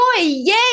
Yay